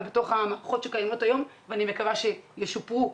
בתוך המערכות שקיימות היום ואני מקווה שישופרו.